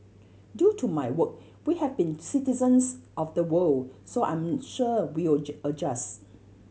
due to my work we have been citizens of the world so I'm sure we'll adjust